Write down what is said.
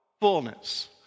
Fullness